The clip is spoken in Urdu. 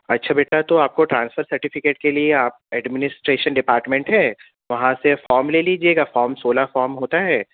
اچھا بیٹا تو آپ کو ٹرانسفر سرٹیفکیٹ کے لیے آپ ایڈمنیسٹریشن ڈیپارٹمنٹ ہے وہاں سے فام لے لیجیے گا فام سولہ فام ہوتا ہے